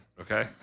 okay